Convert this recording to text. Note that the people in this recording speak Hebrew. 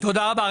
תודה רבה.